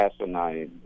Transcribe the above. asinine